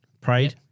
prayed